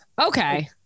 Okay